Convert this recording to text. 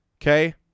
okay